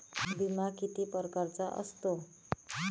बिमा किती परकारचा असतो?